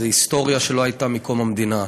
זו היסטוריה שלא הייתה מקום המדינה.